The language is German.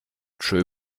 tschö